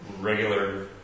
regular